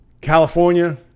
California